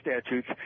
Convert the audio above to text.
statutes